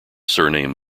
surname